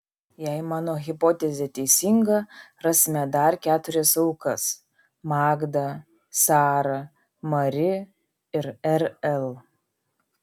jei mano hipotezė teisinga rasime dar keturias aukas magdą sarą mari ir rl